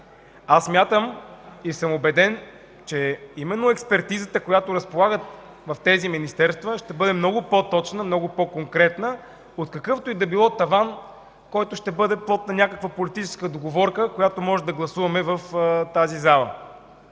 Аз смятам и съм убеден, че именно експертизата, с която разполагат в тези министерства, ще бъде много по-точна, много по-конкретна от какъвто и да било таван, който ще бъде плод на някаква политическа договорка, която може да гласуваме в тази зала.